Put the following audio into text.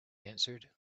answered